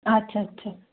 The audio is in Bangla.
আচ্ছা আচ্ছা